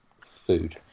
food